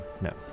no